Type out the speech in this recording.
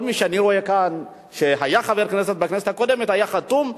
כל מי שאני רואה כאן שהיה חבר כנסת בכנסת הקודמת היה חתום.